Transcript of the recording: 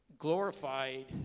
glorified